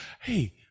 Hey